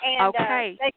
Okay